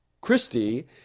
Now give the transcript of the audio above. Christie